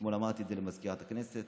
אתמול אמרתי את זה למזכירת הכנסת,